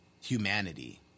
humanity